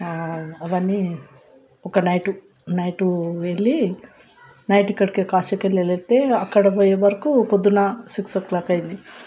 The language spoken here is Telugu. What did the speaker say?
అవన్నీ ఒక నైట్ నైటు వెళ్ళి నైట్ ఇక్కడికి కాశీకి వెళ్ళి వెళితే అక్కడికి పోయేవరకు పొద్దున సిక్స్ ఓ క్లాక్ అయింది